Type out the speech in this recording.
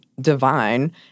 divine